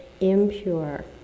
impure